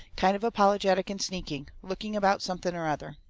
kind of apologetic and sneaking looking about something or other.